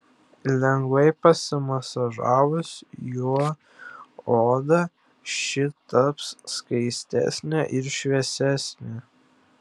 lengvai pamasažavus juo odą ši taps skaistesnė ir šviesesnė